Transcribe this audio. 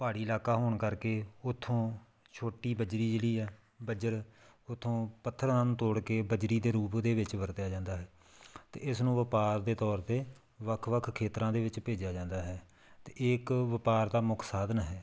ਪਹਾੜੀ ਇਲਾਕਾ ਹੋਣ ਕਰਕੇ ਉੱਥੋਂ ਛੋਟੀ ਬਜਰੀ ਜਿਹੜੀ ਆ ਬਜਰ ਉੱਥੋਂ ਪੱਥਰਾਂ ਨੂੰ ਤੋੜ ਕੇ ਬਜਰੀ ਦੇ ਰੂਪ ਦੇ ਵਿੱਚ ਵਰਤਿਆ ਜਾਂਦਾ ਹੈ ਅਤੇ ਇਸ ਨੂੰ ਵਪਾਰ ਦੇ ਤੌਰ 'ਤੇ ਵੱਖ ਵੱਖ ਖੇਤਰਾਂ ਦੇ ਵਿੱਚ ਭੇਜਿਆ ਜਾਂਦਾ ਹੈ ਅਤੇ ਇਹ ਇੱਕ ਵਪਾਰ ਦਾ ਮੁੱਖ ਸਾਧਨ ਹੈ